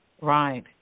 Right